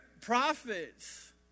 prophets